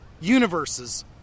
universes